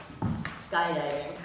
Skydiving